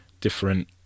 different